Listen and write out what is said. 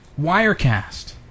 Wirecast